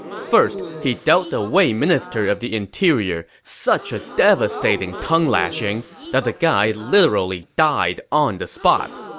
first, he dealt the wei minister of the interior such a devastating tongue-lashing that the guy literally died on the spot.